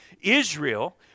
Israel